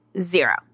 Zero